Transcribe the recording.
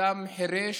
אדם חירש,